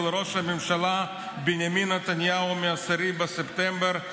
ראש הממשלה בנימין נתניהו מ-10 בספטמבר 2019,